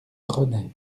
renaît